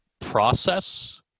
process